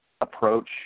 approach